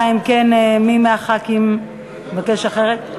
אלא אם כן מי מחברי הכנסת מבקש אחרת.